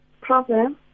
Problem